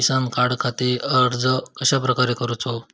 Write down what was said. किसान कार्डखाती अर्ज कश्याप्रकारे करूचो?